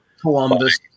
Columbus